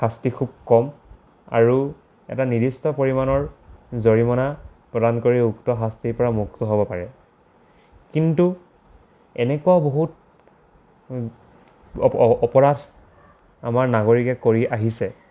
শাস্তি খুব কম আৰু এটা নিৰ্দিষ্ট পৰিমাণৰ জৰিমণা প্ৰদান কৰি উক্ত শাস্তিৰ পৰা মুক্ত হ'ব পাৰে কিন্তু এনেকুৱা বহুত অপৰাধ আমাৰ নাগৰিকে কৰি আহিছে